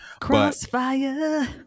Crossfire